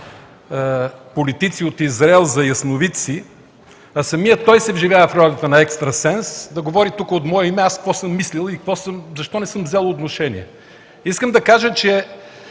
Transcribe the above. политици от Израел за ясновидци, а самият той се вживява в ролята на екстрасенс, да говори тук от мое име – какво съм мислил и защо не съм взел отношение. Искам да кажа, че